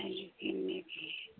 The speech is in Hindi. हाँ आएंगे कीनने के लिए